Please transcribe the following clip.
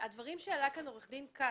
הדברים שהעלה כאן עורך דין כץ,